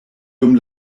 dum